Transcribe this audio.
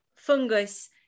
fungus